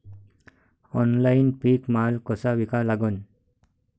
Online पीक माल कसा विका लागन?